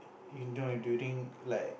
you know during like